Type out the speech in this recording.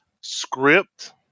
script